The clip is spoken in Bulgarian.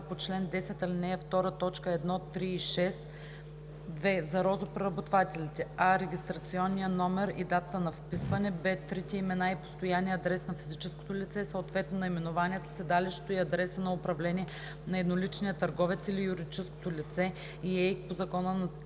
1, 3 и 6; 2. за розопреработвателите: а) регистрационния номер и датата на вписване; б) трите имена и постоянния адрес на физическото лице, съответно наименованието, седалището и адреса на управление на едноличния търговец или юридическото лице и ЕИК по Закона за